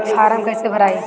Form कईसे भराई?